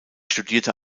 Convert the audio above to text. studierte